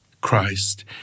Christ